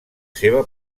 seva